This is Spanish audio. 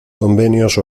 convenios